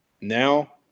Now